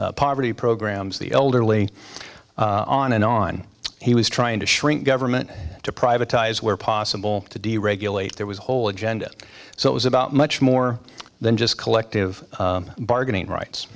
poverty programs the elderly on and on he was trying to shrink government to privatized where possible to deregulate there was a whole agenda so it was about much more than just collective bargaining rights